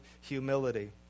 humility